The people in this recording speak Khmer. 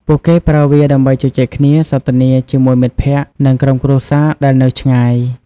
ពួកគេប្រើវាដើម្បីជជែកគ្នា សន្ទនាជាមួយមិត្តភក្តិ និងក្រុមគ្រួសារដែលនៅឆ្ងាយ។